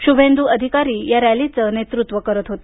शुभेंदू अधिकारी या रॅलीचं नेतृत्व करत होते